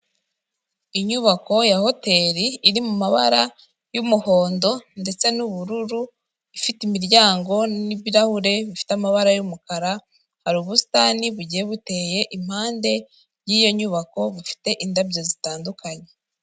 Inyubako ya hoteri iri mumabara y'umuhondo ndetse n'ubururu, ifite imiryango n'ibirahure bifite amabara y'umukara, hari ubusitani bugiye buteye impande y'iyo nyubako bufite indabyo zitandukanye.